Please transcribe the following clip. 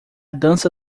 dança